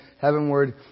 heavenward